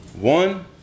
One